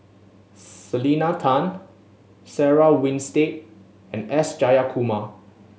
Selena Tan Sarah Winstedt and S Jayakumar